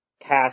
cast